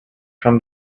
from